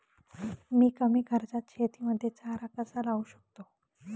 मी कमी खर्चात शेतीमध्ये चारा कसा लावू शकतो?